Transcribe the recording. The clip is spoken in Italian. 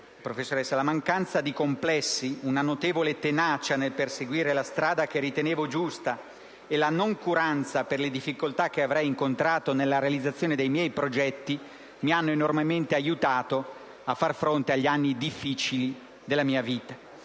scientifica: «La mancanza di complessi, una notevole tenacia nel perseguire la strada che ritenevo giusta e la noncuranza per le difficoltà che avrei incontrato nella realizzazione dei miei progetti (...), mi hanno enormemente aiutato a far fronte agli anni difficili della mia vita».